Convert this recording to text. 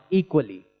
equally